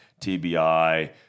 TBI